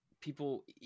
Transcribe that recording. people